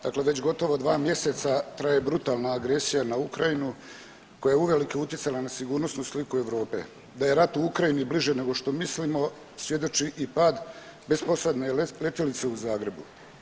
Dakle već gotovo dva mjeseca traje brutalna agresija na Ukrajinu koja je uvelike utjecala na sigurnosnu sliku Europe, da je rat u Ukrajini bliže nego što mislimo svjedoči i pad bezposadne letjelice u Zagrebu.